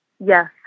Yes